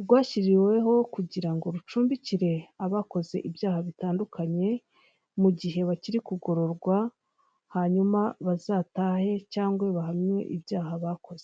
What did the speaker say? rwashyiriweho kugira ngo rucumbikire abakoze ibyaha bitandukanye, mu gihe bakiri kugororwa hanyuma bazatahe cyangwa bahamywe ibyaha bakoze.